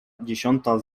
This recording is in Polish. dziesiąta